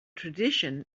tradition